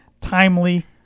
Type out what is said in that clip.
timely